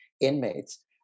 inmates